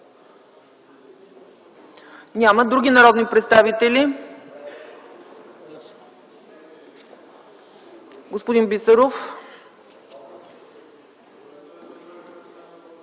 Няма. Други народни представители? Господин Бисеров.